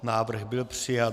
Návrh byl přijat.